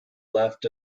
left